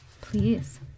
please